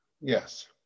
Yes